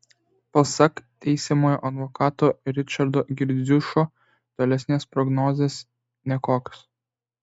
pasak teisiamojo advokato ričardo girdziušo tolesnės prognozės nekokios